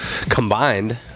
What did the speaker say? combined